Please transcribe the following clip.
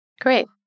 Great